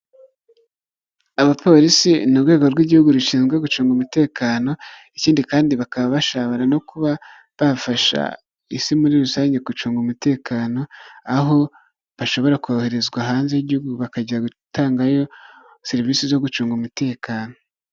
Abapolisi ni urwego rw'igihugu rushinzwe gucunga umutekano, ikindi kandi bakaba bashobora no kuba bafasha isi muri rusange gucunga umutekano, aho bashobora koherezwa hanze y'igihugu bakajya gutangayo serivisi zo gucunga umutekano.